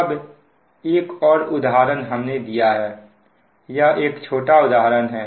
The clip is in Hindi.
अब एक और उदाहरण हमने दिया है यह एक छोटा उदाहरण है